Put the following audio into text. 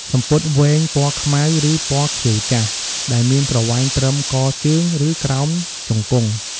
សំពត់វែង ពណ៌ខ្មៅ ឬពណ៌ខៀវចាស់ ដែលមានប្រវែងត្រឹម កជើង ឬក្រោមជង្គង់។